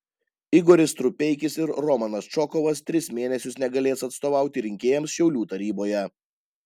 igoris strupeikis ir romanas čokovas tris mėnesius negalės atstovauti rinkėjams šiaulių taryboje